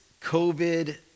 COVID